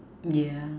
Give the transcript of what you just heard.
yeah